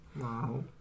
Wow